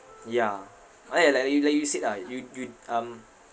yeah ah ya like you like you said ah you you um